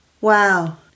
wow